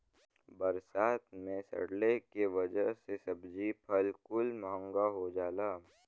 बरसात मे सड़ले के वजह से सब्जी फल कुल महंगा हो जाला